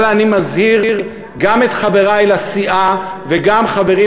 אבל אני מזהיר גם את חברי לסיעה וגם חברים